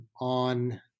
on